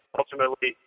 ultimately